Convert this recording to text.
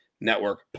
Network